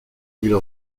ils